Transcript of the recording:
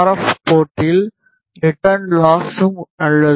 F போர்ட்டில் return லாஸும் நல்லது